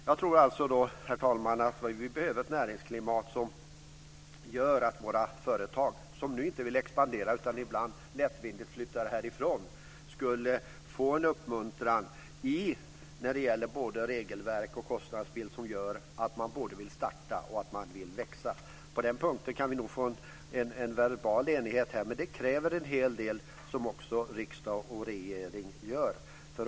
Jag tror alltså, herr talman, att vi behöver ett näringsklimat som gör att våra företag, som nu inte vill expandera utan ibland lättvindigt flyttar härifrån, får en uppmuntran när det gäller både regelverk och kostnadsbild som gör att de både vill starta och vill växa. På den punkten kan vi nog få en verbal enighet, men det kräver också att regering och riksdag gör en hel del.